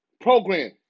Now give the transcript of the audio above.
program